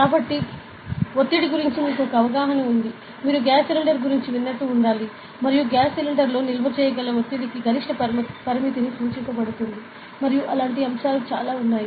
కాబట్టి ఒత్తిడి గురించి మీకు ఒక అవగాహన ఉంది మీరు గ్యాస్ సిలిండర్ గురించి విన్నట్లు ఉండాలి మరియు గ్యాస్ సిలిండర్లో నిల్వ చేయగలిగే ఒత్తిడికి గరిష్ట పరిమితి సూచించబడుతుంది మరియు అలాంటి అంశాలు ఉన్నాయి